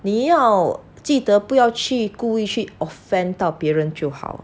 你要记得不要去故意去 offend 到别人就好